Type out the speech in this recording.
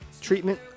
treatment